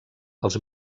els